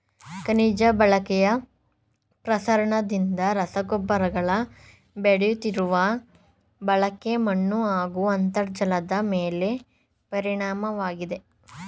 ಖನಿಜ ಬಳಕೆಯ ಪ್ರಸರಣದಿಂದ ರಸಗೊಬ್ಬರಗಳ ಬೆಳೆಯುತ್ತಿರುವ ಬಳಕೆ ಮಣ್ಣುಹಾಗೂ ಅಂತರ್ಜಲದಮೇಲೆ ಪರಿಣಾಮವಾಗಿದೆ